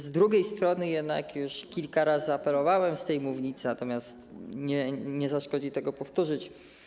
Z drugiej strony jednak już kilka razy apelowałem z tej mównicy, natomiast nie zaszkodzi tego powtórzyć.